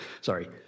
Sorry